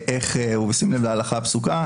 ובשים לב להלכה הפסוקה